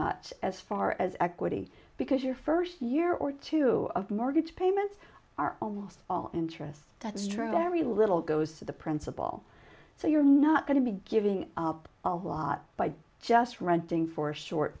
much as far as equity because your first year or two of mortgage payments are almost all interest that's true very little goes to the principal so you're not going to be giving up a lot by just renting for a short